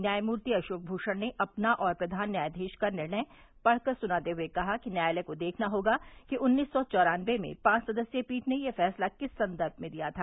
न्यायमूर्ति अशोक भूषण ने अपना और प्रघान न्यायधीश का निर्णय पढ़कर सुनाते हुए कहा कि न्यायालय को देखना होगा कि उन्नीस सौ चौरानबे में पांच सदस्यीय पीठ ने ये फैसला किस संदर्भ में दिया था